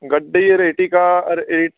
ਗੱਡੀ ਅਰੇਟੀਕਾ